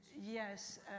Yes